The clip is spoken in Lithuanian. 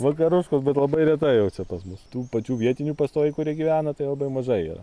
vakaruškos bet labai retai jau čia pas mus tų pačių vietinių pastoviai kurie gyvena tai labai mažai yra